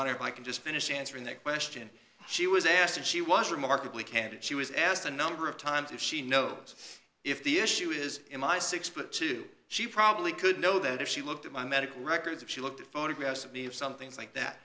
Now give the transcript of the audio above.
honor if i can just finish answering that question she was asked and she was remarkably candid she was asked a number of times if she knows if the issue is in my six foot two she probably could know that if she looked at my medical records of she looked at photographs of the of some things like that